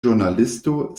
ĵurnalisto